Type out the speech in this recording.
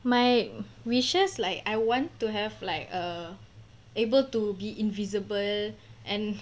my wishes like I want to have like err able to be invisible and